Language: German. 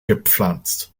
gepflanzt